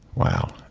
wow.